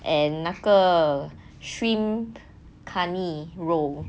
and 那个 shrimp kani roll